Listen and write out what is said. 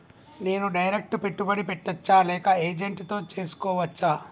నేను డైరెక్ట్ పెట్టుబడి పెట్టచ్చా లేక ఏజెంట్ తో చేస్కోవచ్చా?